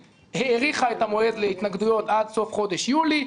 האריכה את המועד להתנגדויות עד סוף חודש יולי.